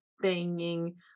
banging